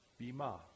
bima